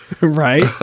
Right